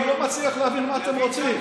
אני לא מצליח להבין מה אתם רוצים.